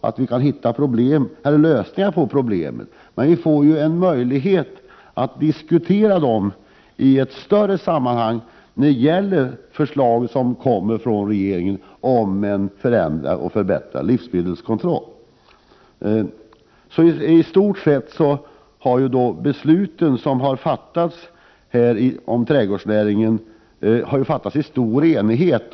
Utskottsmajoriteten har emellertid avstyrkt motionerna med motiveringen att vi får en möjlighet att diskutera de frågor som tas upp i motionerna i ett större sammanhang när vi fått förslag från regeringen om en förbättring av livsmedelskontrollen. Riksdagens beslut om trädgårdsnäringen har kunnat fattas i stor enighet.